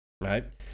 right